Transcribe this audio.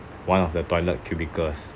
one of the toilet cubicles